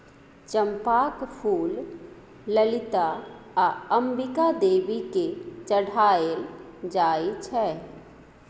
चंपाक फुल ललिता आ अंबिका देवी केँ चढ़ाएल जाइ छै